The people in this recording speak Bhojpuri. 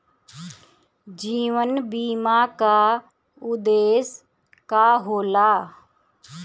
जीवन बीमा का उदेस्य का होला?